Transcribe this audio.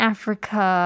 Africa